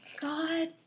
God